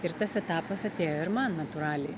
ir tas etapas atėjo ir man natūraliai